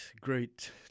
great